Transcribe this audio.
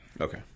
Okay